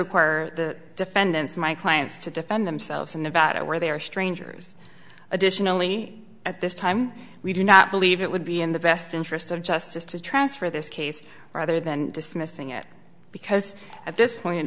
require the defendants my clients to defend themselves in nevada where they are strangers additionally at this time we do not believe it would be in the best interest of justice to transfer this case rather than dismissing it because at this point